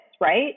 right